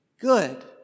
good